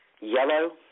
yellow